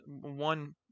one